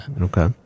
Okay